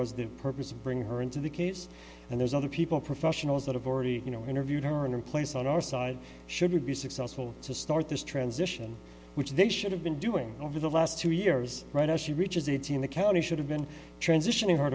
was the purpose of bringing her into the case and there's other people professionals that have already you know interviewed her in her place on our side should be successful to start this transition which they should have been doing over the last two years right as she reaches eighteen the county should have been transitioning her